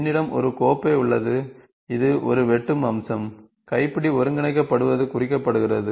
என்னிடம் ஒரு கோப்பை உள்ளது இது ஒரு வெட்டும் அம்சம் கைப்பிடி ஒருங்கிணைக்கப்படுவது குறிக்கப்படுகிறது